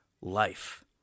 life